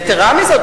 יתירה מזאת,